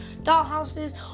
dollhouses